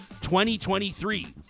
2023